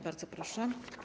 Bardzo proszę.